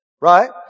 Right